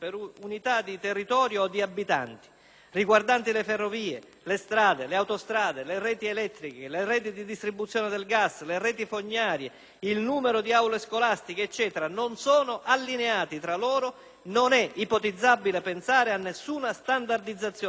riguardanti le ferrovie, le strade, le autostrade, le reti elettriche, le reti di distribuzione del gas, le reti fognarie, il numero di aule scolastiche non sono allineati tra loro, non è ipotizzabile pensare a nessuna standardizzazione, né di costi, né di fabbisogni.